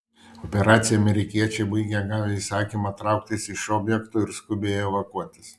operaciją amerikiečiai baigė gavę įsakymą trauktis iš objekto ir skubiai evakuotis